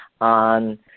on